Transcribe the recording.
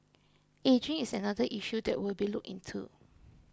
ageing is another issue that will be looked into